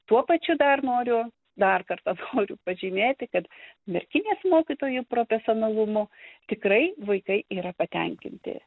tuo pačiu dar noriu dar kartą noriu pažymėti kad merkinės mokytojų profesionalumu tikrai vaikai yra patenkinti